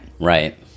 right